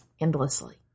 endlessly